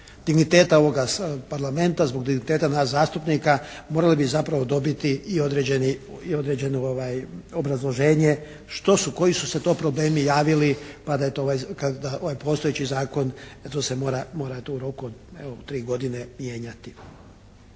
digniteta ovoga Parlamenta, zbog digniteta nas zastupnika morali bi zapravo dobiti i određeno obrazloženje što su, koji su se to problemi javili pa da je ovaj postojeći Zakon tu se mora, mora to u roku od evo 3 godine mijenjati.